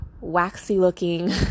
waxy-looking